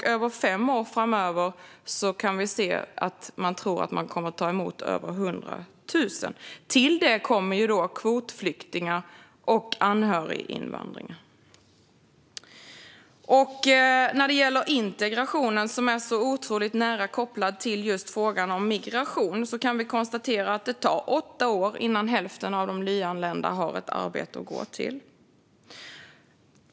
Under fem år framöver tror man att vi kommer att ta emot över 100 000. Till det kommer kvotflyktingar och anhöriginvandring. När det gäller integrationen, som är så otroligt nära kopplad till frågan om migrationen, kan vi konstatera att det tar åtta år innan hälften av de nyanlända har ett arbete att gå till.